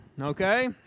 okay